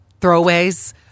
throwaways